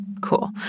cool